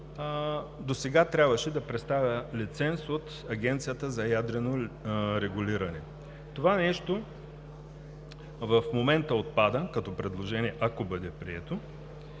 досега трябваше да представя лиценз от Агенцията за ядрено регулиране. Това нещо в момента отпада – като предложение, ако бъде прието,